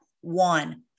one